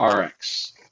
Rx